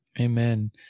Amen